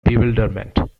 bewilderment